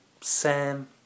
Sam